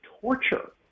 torture